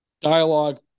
dialogue